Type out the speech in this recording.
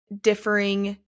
differing